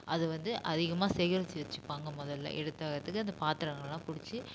அது வந்து அதிகமாக சேகரித்து வச்சுப்பாங்க முதல்ல எடுத்தத்துக்கு அந்த பாத்திரங்கள்லாம் பிடிச்சு